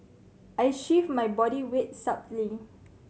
I shift my body weight subtly